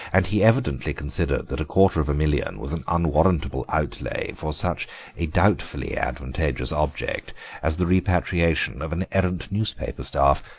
and he evidently considered that a quarter of a million was an unwarrantable outlay for such a doubtfully advantageous object as the repatriation of an errant newspaper staff.